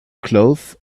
cloth